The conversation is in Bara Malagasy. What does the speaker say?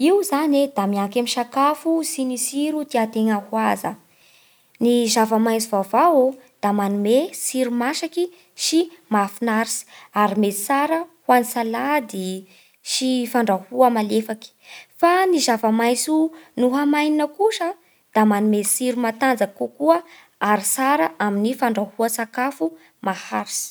Io zany e da mianky amin'ny sakafo sy ny tsiro tian-tegna ho haza. Ny zava-maitso vaovao da manome tsiro masaky sy mahafinaritsy ary mety tsara ho an'ny salady sy fandrahoa malefaky. Fa ny zava-maitso nohamainina kosa a da manome tsiro matanjaky kokoa ary tsara amin'ny fandrahoa sakafo maharitsy.